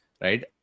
right